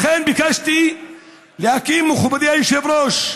לכן ביקשתי להקים, מכובדי היושב-ראש,